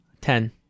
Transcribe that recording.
Ten